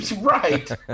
Right